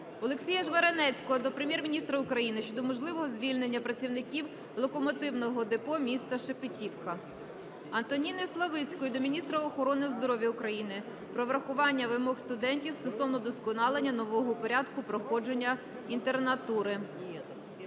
Олексія Жмеренецького до Прем'єр-міністра України щодо можливого звільнення працівників локомотивного депо міста Шепетівка. Антоніни Славицької до міністра охорони здоров'я України про врахування вимог студентів стосовно удосконалення нового порядку проходження інтернатури.